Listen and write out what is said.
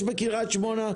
יש בקריית שמונה?